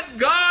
God